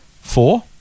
four